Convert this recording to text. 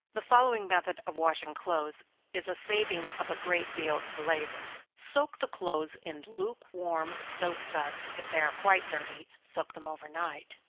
the following method of washing clothes is a saving of a great deal of labor soak the clothes in lukewarm soap-suds if they are quite dirty, soak them over night.